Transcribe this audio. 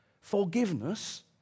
forgiveness